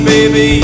Baby